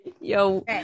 Yo